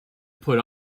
put